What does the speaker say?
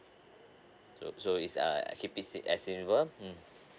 so is uh keep it as in simple mm